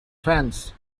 fans